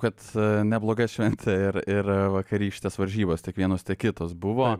kad nebloga šventė ir ir vakarykštės varžybos tiek vienos tiek kitos buvo